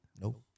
Nope